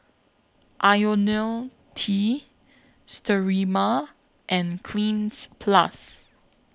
Ionil T Sterimar and Cleanz Plus